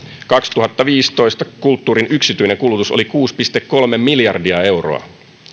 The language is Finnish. kaksituhattaviisitoista kulttuurin yksityinen kulutus oli kuusi pilkku kolme miljardia euroa